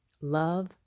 Love